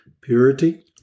purity